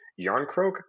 Yarncroak